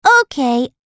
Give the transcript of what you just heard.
Okay